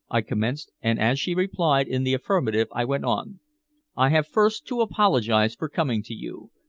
i commenced, and as she replied in the affirmative i went on i have first to apologize for coming to you,